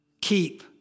keep